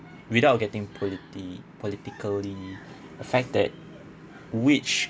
without getting politi~ politically affected which